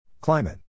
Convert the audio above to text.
climate